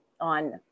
on